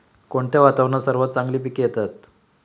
कोणत्या वातावरणात सर्वात चांगली पिके येतात?